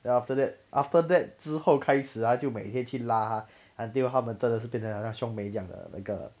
then after that after that 之后开始他就每天去拉他 until 他们真的是变成好像兄妹这样的那个